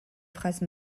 phrases